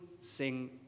sing